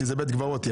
כי זה בית קברות יהיה.